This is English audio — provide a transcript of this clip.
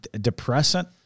depressant